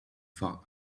for